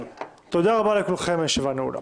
תודה רבה לכם, הישיבה נעולה.